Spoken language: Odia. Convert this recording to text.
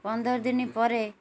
ପନ୍ଦର ଦିନ ପରେ